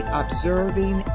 observing